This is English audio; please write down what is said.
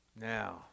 now